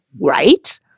right